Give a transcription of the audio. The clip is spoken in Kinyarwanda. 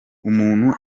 umuntu